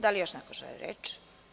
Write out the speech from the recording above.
Da li još neko želi reč?